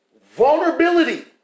vulnerability